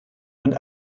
und